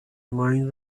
mind